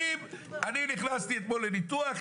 אני נכנסתי אתמול לניתוח,